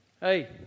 Hey